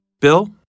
Bill